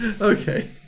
Okay